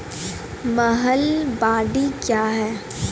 महलबाडी क्या हैं?